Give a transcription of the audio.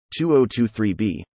2023b